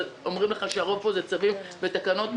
אבל אומרים לך שהרוב פה זה צווים ותקנות,